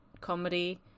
comedy